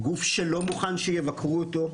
גוף שלא מוכן שיבקרו אותו,